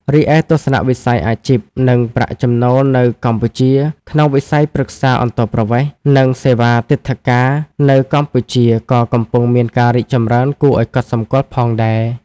រីឯ ទស្សនវិស័យអាជីព និងប្រាក់ចំណូលនៅកម្ពុជា ក្នុងវិស័យប្រឹក្សាអន្តោប្រវេសន៍ និងសេវាទិដ្ឋាការនៅកម្ពុជាក៏កំពុងមានការរីកចម្រើនគួរឱ្យកត់សម្គាល់ផងដែរ។